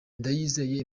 ndayizeye